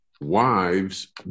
Wives